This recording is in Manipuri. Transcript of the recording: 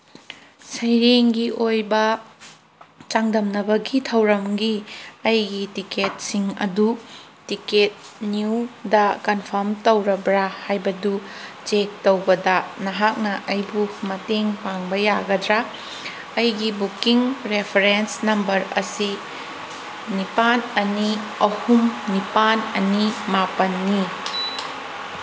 ꯁꯩꯔꯦꯡꯒꯤ ꯑꯣꯏꯕ ꯆꯥꯡꯗꯝꯅꯕꯒꯤ ꯊꯧꯔꯝꯒꯤ ꯑꯩꯒꯤ ꯇꯤꯀꯦꯠꯁꯤꯡ ꯑꯗꯨ ꯇꯤꯀꯦꯠ ꯅ꯭ꯌꯨꯗ ꯀꯟꯐꯥꯝ ꯇꯧꯔꯕ꯭ꯔꯥ ꯍꯥꯏꯕꯗꯨ ꯆꯦꯛ ꯇꯧꯕꯗ ꯅꯍꯥꯛꯅ ꯑꯩꯕꯨ ꯃꯇꯦꯡ ꯄꯥꯡꯕ ꯌꯥꯒꯗ꯭ꯔꯥ ꯑꯩꯒꯤ ꯕꯨꯀꯤꯡ ꯔꯦꯐ꯭ꯔꯦꯟꯁ ꯅꯝꯕꯔ ꯑꯁꯤ ꯅꯤꯄꯥꯟ ꯑꯅꯤ ꯑꯍꯨꯝ ꯅꯤꯄꯥꯟ ꯑꯅꯤ ꯃꯥꯄꯟꯅꯤ